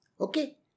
Okay